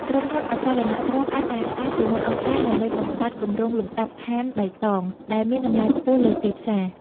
ក្រុមហ៊ុនអចលនទ្រព្យអាចសហការជាមួយអង្គការដើម្បីបង្កើតគម្រោងលំដាប់ដ្ឋានបៃតង ដែលមានតម្លៃខ្ពស់លើទីផ្សារ។